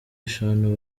eshanu